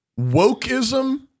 wokeism